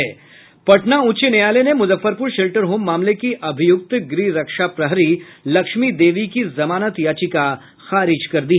पटना उच्च न्यायालय ने मुजफ्फरपुर शेल्टर होम मामले की अभियुक्त गृह रक्षा प्रहरी लक्ष्मी देवी की जमानत याचिका खारिज कर दी